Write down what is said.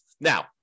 Now